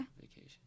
Vacation